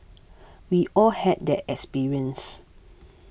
we all had that experience